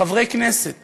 חברי כנסת